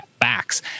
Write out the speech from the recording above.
backs